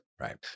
right